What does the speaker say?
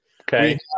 Okay